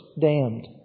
damned